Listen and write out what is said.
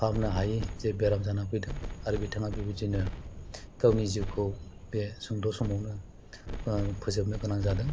फाहामनो हायै जे बेराम जानानै फैदों आरो बिथाङा बेबायदिनो गावनि जिउखौ बे सुंद' समावनो फोजोबनो गोनां जादों